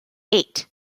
eight